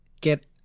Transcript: Get